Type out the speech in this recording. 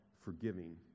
forgiving